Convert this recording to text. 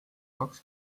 kaks